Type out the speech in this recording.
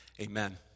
Amen